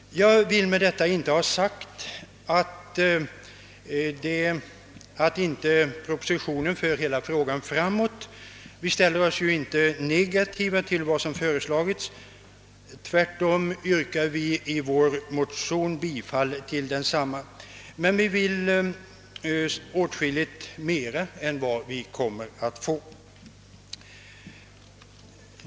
Jag vill med detta inte ha sagt att propositionen inte för frågan framåt. Vi ställer oss inte negativa till vad som föreslagits, vi yrkar tvärtom i vår motion bifall till propositionen. Vi vill dock ha åtskilligt mera än vad vi kommer att få.